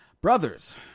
Brothers